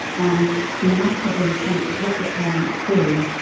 and no matter in a sense what the parents do,